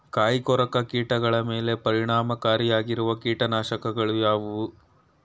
ಕಾಯಿಕೊರಕ ಕೀಟಗಳ ಮೇಲೆ ಪರಿಣಾಮಕಾರಿಯಾಗಿರುವ ಕೀಟನಾಶಗಳು ಯಾವುವು?